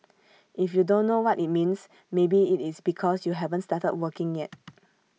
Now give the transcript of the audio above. if you don't know what IT means maybe IT is because you haven't started working yet